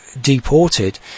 deported